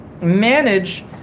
manage